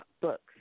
books